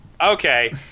Okay